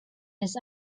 his